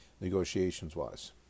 negotiations-wise